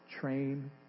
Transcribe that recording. Train